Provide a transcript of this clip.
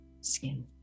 skin